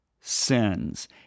sins